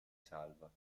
salva